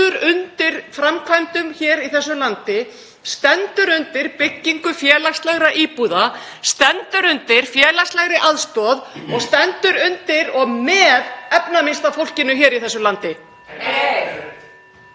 stendur undir framkvæmdum í þessu landi, stendur undir byggingu félagslegra íbúða, stendur undir félagslegri aðstoð og stendur undir og með efnaminnsta fólkinu í þessu landi.